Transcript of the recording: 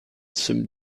some